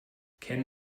ken